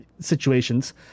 situations